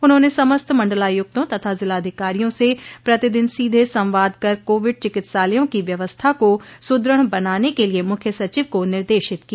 उन्होंन समस्त मण्डलायुक्तों तथा जिलाधिकारियों से प्रतिदिन सीधे संवाद कर कोविड चिकित्सालयों की व्यवस्था को सुदृढ़ बनाने के लिये मुख्य सचिव को निर्देशित किया